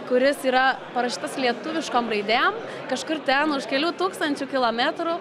kuris yra parašytas lietuviškom raidėm kažkur ten už kelių tūkstančių kilometrų